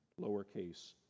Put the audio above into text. lowercase